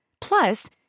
Plus